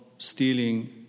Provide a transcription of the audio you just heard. Stealing